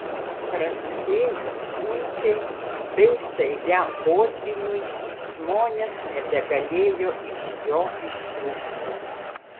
prasidėjus liūčiai bei staigiam potvyniui žmonės nebegalėjo iš jo ištrūkti